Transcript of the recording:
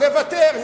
נוותר.